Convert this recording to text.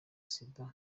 sida